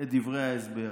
את דברי ההסבר,